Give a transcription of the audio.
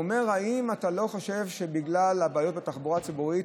הוא אומר: האם אתה לא חושב שבגלל הבעיות בתחבורה הציבורית,